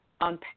on